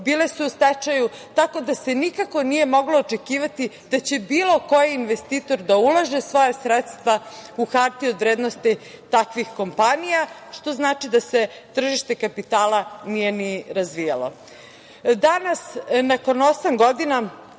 bile su u stečaju, tako da se nikako nije moglo očekivati da će bilo koji investitor da ulaže svoja sredstva u hartije od vrednosti takvih kompanija, što znači da se tržište kapitala nije ni razvijalo. Danas nakon osam godina,